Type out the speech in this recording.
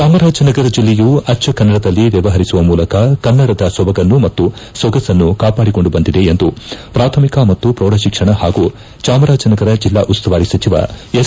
ಚಾಮರಾಜನಗರ ಜೆಲ್ಲೆಯು ಅಚ್ಡ ಕನ್ನಡದಲ್ಲಿ ಮೂಲಕ ಕನ್ನಡದ ಸೊಬಗನ್ನು ಮತ್ತು ಸೊಗಸನ್ನು ಕಾಪಾಡಿಕೊಂಡು ಬಂದಿದೆ ಎಂದು ಪ್ರಾಥಮಿಕ ಮತ್ತು ಪ್ರೌಢ ಶಿಕ್ಷಣ ಹಾಗೂ ಚಾಮರಾಜನಗರ ಜಿಲ್ಲಾ ಉಸ್ತುವಾರಿ ಸಚಿವ ಎಸ್